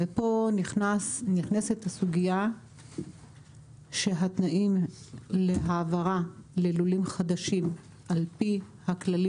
ופה נכנסת הסוגיה שהתנאים להעברה ללולים חדשים על פי הכללים